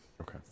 okay